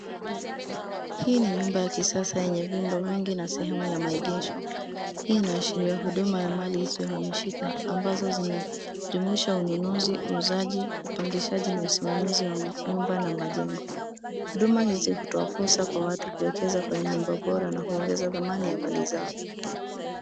Hii ni nyumba ya kisasa yenye vyumba vingi na sehemu ya maegesho. Hii inaashiria huduma ya mali isiyohamishika, ambazo zinajumuisha ununuzi, uuzaji, upangishaji na usimamizi wa nyumba na majengo. Huduma hizi hutoa fursa kwa watu kuwekeza kwenye nyumba bora na kuongeza thamani ya mali zao.